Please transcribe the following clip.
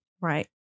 Right